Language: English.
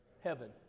Heaven